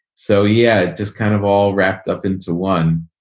so, yeah. just kind of all wrapped up into one.